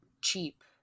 cheap